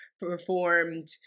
performed